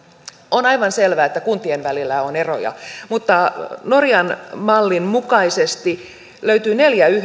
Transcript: on aivan selvää että kuntien välillä on eroja mutta norjan mallin mukaisesti löytyy neljä